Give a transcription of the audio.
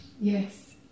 Yes